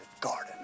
garden